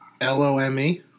L-O-M-E